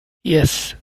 yes